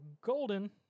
Golden